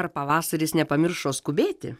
ar pavasaris nepamiršo skubėti